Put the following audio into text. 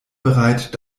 bereit